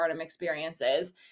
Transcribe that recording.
experiences